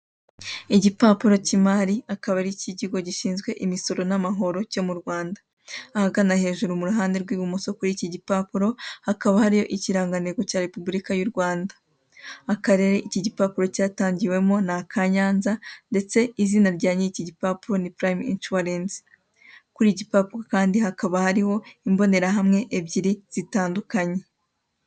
Umukobwa wirabura wambaye ishati y'umweru, uteruye ijage nk'igikoresho bifashisha babuganiza amata cyangwa se basuka amata ndetse akaba afite igikoresho mu kuboko ku iburyo, imbere ye hakaba hari indobo bashyiramo amata ndetse n'indi jage iteretse ku meza n'ikayi ndetse nyuma ye hakaba hari igikoresho bifashisha babika amata nka firigo.